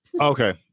okay